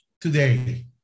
today